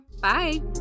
Bye